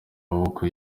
maboko